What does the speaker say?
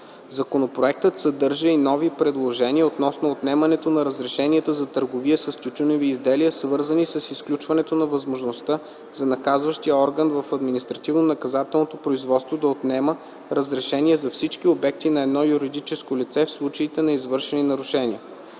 Законопроектът съдържа и нови предложения относно отнемането на разрешенията за търговия с тютюневи изделия, свързани с изключването на възможността за наказващия орган в административно-наказателното производство да отнема разрешенията за всички обекти на едно юридическо лице в случаите на извършени нарушения.